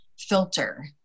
filter